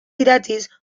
idatziz